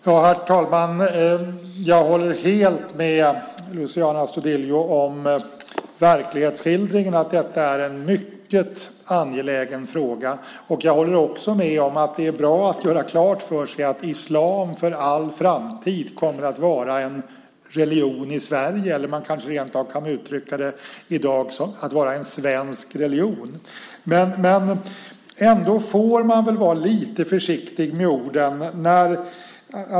Herr talman! Jag håller helt med Luciano Astudillo om verklighetsskildringen, att detta är en mycket angelägen fråga. Jag håller också med om att det är bra att göra klart för sig att islam för all framtid kommer att vara en religion i Sverige. Man kanske rent av kan uttrycka att islam i dag är svensk religion. Ändå får man väl vara lite försiktig med orden.